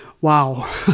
Wow